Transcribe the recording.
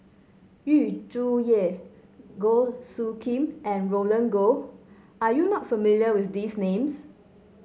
Yu Zhuye Goh Soo Khim and Roland Goh are you not familiar with these names